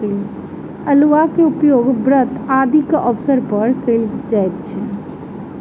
अउलुआ के उपयोग व्रत आदिक अवसर पर कयल जाइत अछि